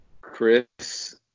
chris